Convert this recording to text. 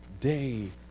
day